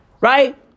Right